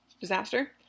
disaster